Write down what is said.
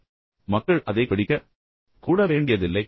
இப்போது மக்கள் அதைக் படிக்க கூட வேண்டியதில்லை